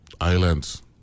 islands